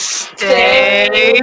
stay